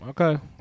Okay